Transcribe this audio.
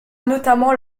notamment